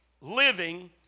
living